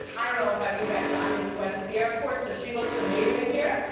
i don't know about you guys, but i'm in sweats at the airport. so she looks amazing here,